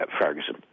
Ferguson